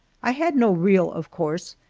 i had no reel, of course,